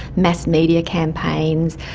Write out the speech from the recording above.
mass media campaigns,